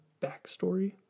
backstory